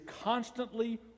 constantly